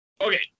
Okay